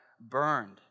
burned